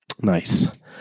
Nice